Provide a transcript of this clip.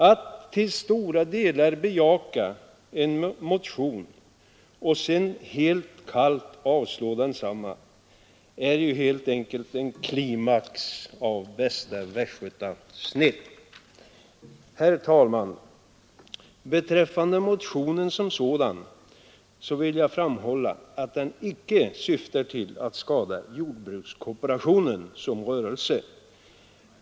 Att till stora delar bejaka en motion och sedan helt kallt avstyrka den är ju helt enkelt en klimax av bästa västgötasnitt. Herr talman! Beträffande motionen som sådan vill jag framhålla att den icke syftar till att skada jordbrukskooperationen som rörelse.